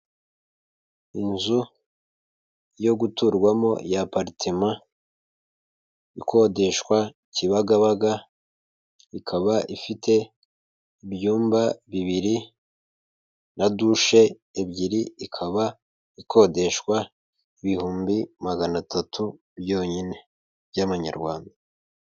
Inzu yo guturwamo ya aparitema, ikodeshwa Kibagabaga, ikaba ifite ibyumba bibiri na dushe ebyiri, ikaba ikodeshwa ibihumbi magana atatu byonyine by'amanyarwanda.